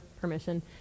permission